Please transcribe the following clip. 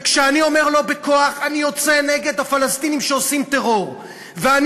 וכשאני אומר "לא בכוח" אני יוצא נגד הפלסטינים שעושים טרור ואני